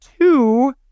two